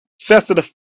festive